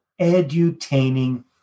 edutaining